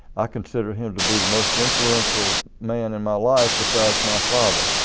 i considered him to be the most influential man in my life besides my father.